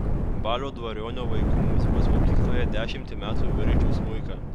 balio dvariono vaikų muzikos mokykloje dešimtį metų virkdžiau smuiką